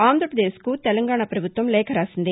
ఆంధ్రప్రదేశ్కు తెలంగాణ పభుత్వం లేఖ రాసింది